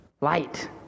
Light